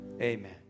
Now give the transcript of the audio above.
Amen